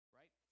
right